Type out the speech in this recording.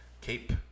Cape